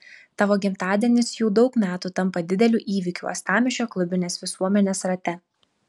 tavo gimtadienis jau daug metų tampa dideliu įvykiu uostamiesčio klubinės visuomenės rate